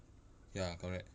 ya correct